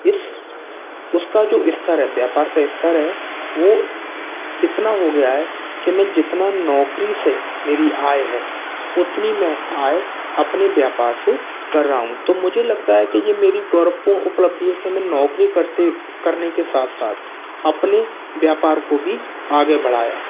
इस उसका जो स्तर है व्यापार का स्तर है वो इतना हो गया है के मैं जितना नौकरी से मेरी आय है उतनी मैं आय अपने व्यापार से कर रहा हूँ तो मुझे लगता है के ये मेरी गौरवपूर्ण उपलब्धि है के मैं नौकरी करते करने के साथ साथ अपने व्यापार को भी आगे बढ़ाया